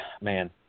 man